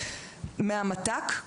מהמת"ק,